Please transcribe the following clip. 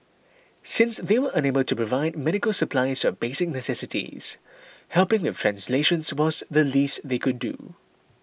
since they were unable to provide medical supplies or basic necessities helping with translations was the least they could do